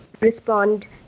respond